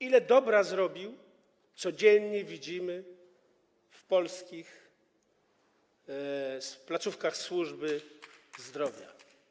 Ile dobra zrobił, codziennie widzimy w polskich placówkach służby zdrowia.